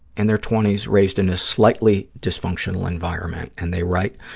in their twenty s, raised in a slightly dysfunctional environment, and they write,